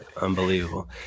unbelievable